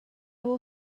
will